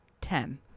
Ten